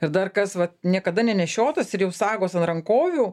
ir dar kas vat niekada nenešiotas ir jau sagos ant rankovių